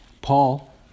Paul